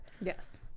Yes